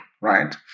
right